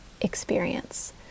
experience